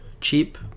Cheap